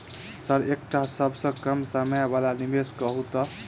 Sir एकटा सबसँ कम समय वला निवेश कहु तऽ?